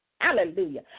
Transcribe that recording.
Hallelujah